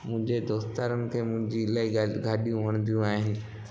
मुंहिंजे दोस्त यारनि खे मुंहिंजी अलाई ग गाॾियूं वणदियूं आहिनि